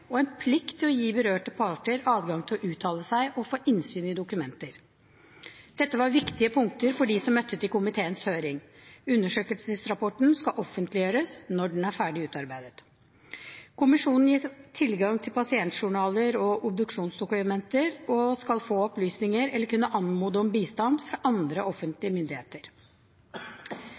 og at det skal være en plikt til å gi berørte parter adgang til å uttale seg og få innsyn i dokumenter. Dette var viktige punkter for dem som møtte til komiteens høring. Undersøkelsesrapporten skal offentliggjøres når den er ferdig utarbeidet. Kommisjonen gis tilgang til pasientjournaler og obduksjonsdokumenter og skal få opplysninger eller kunne anmode om bistand fra andre offentlige myndigheter.